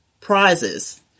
prizes